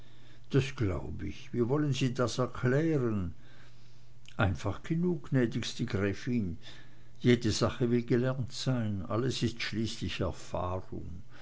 das glaub ich wie wollen sie das erklären einfach genug gnädigste gräfin jede sache will gelernt sein alles ist schließlich erfahrung